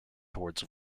towards